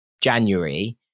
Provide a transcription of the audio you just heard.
January